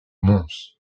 mons